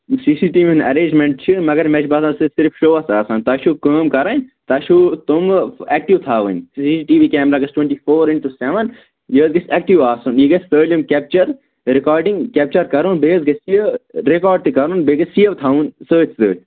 C C T V ہُنٛد arrangement چھِ مگر مےٚ چھُ باسان سُہ چھِ صِرف شووس آسان تۄہہِ چھُو کٲم کَرٕنۍ تۄہہِ چھُو تُمہٕ ایکٹِو تھاوٕنۍ C C T V camera گَژھِ twenty four into seven یہِ حظ گژھِ ایکٹِو آسُن یہِ گژھِ سٲلِم کیپچَر رِکاڈِنٛگ کیپچَر کَرُن بیٚیہِ حظ گژھِ یہِ رِکاڈ تہِ کَرُن بیٚیہِ گژھِ سیوٚو تھاوُن سۭتۍ سۭتۍ